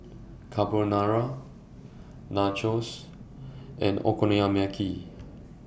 Carbonara Nachos and Okonomiyaki